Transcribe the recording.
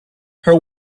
her